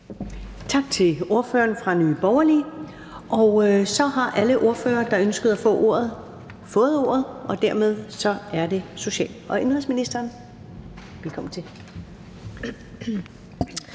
Tak til ordføreren fra Nye Borgerlige. Så har alle ordførere, der ønskede at få ordet, fået ordet, og dermed er det social- og indenrigsministeren. Velkommen til.